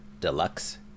deluxe